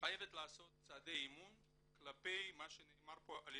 חייבת לעשות צעדי אמון כלפי מה שנאמר כאן על